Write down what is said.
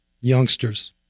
youngsters